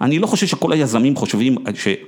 ‫אני לא חושב שכל היזמים חושבים...